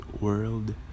world